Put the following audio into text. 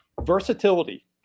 versatility